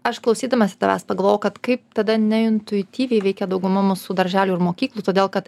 aš klausydamasi tavęs pagalvojau kad kaip tada neintuityviai veikia dauguma mūsų darželių ir mokyklų todėl kad